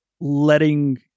letting